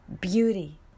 beauty